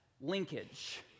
linkage